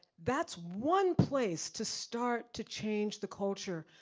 that's one place to start to change the culture.